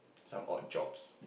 some odd jobs